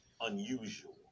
unusual